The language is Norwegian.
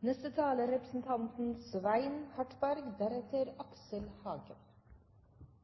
Jeg må si jeg er